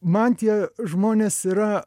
man tie žmonės yra